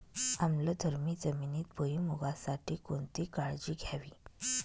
आम्लधर्मी जमिनीत भुईमूगासाठी कोणती काळजी घ्यावी?